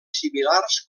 similars